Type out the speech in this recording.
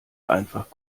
einfach